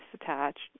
Attached